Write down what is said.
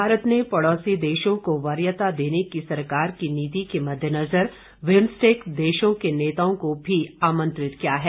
भारत ने पड़ोसी देशों को वरीयता देने की सरकार की नीति के मद्देनजर बिम्सटेक देशों के नेताओं को भी आमंत्रित किया है